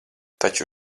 taču